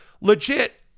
legit